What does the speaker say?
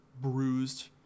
bruised